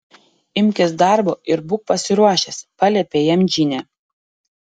imkis darbo ir būk pasiruošęs paliepė jam džinė